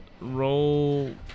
Roll